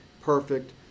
perfect